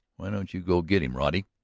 why don't you go get em, roddy?